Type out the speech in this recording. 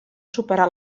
superà